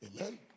Amen